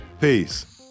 Peace